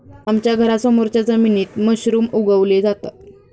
आमच्या घरासमोरच्या जमिनीत मशरूम उगवले जातात